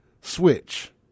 switch